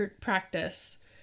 practice